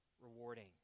rewarding